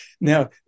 Now